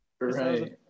Right